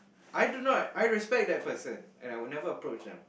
I do not I respect that person and I would never approach them